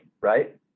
right